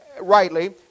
rightly